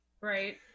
Right